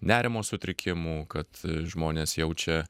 nerimo sutrikimų kad žmonės jaučia